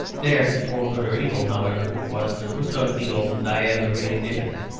there, for good or evil, however, was the root of the old diablerie in dickens,